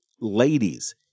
ladies